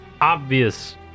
obvious